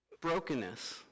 brokenness